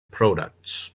products